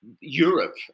Europe